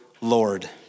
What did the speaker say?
Lord